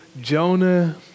Jonah